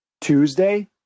Tuesday